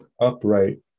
upright